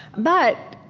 but,